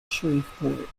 shreveport